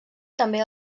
també